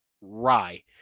rye